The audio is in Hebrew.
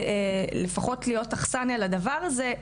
לפחות להיות אכסניה לדבר הזה,